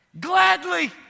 Gladly